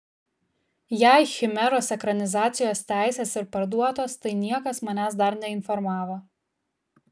jei chimeros ekranizacijos teisės ir parduotos tai niekas manęs dar neinformavo